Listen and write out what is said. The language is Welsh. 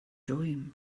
dwym